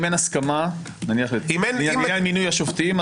אם אין הסכמה נניח לעניין מינוי השופטים,